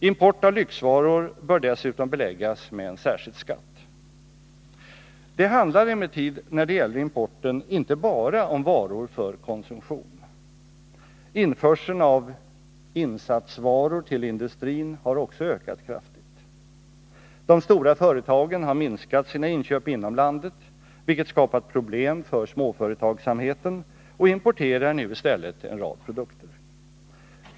Import av lyxvaror bör dessutom beläggas med en särskild skatt. Det handlar emellertid när det gäller importen inte bara om varor för konsumtion. Införseln av insatsvaror till industrin har också ökat kraftigt. De stora företagen har minskat sina inköp inom landet — vilket skapat problem för småföretagsamheten — och importerar nu i stället en rad produkter.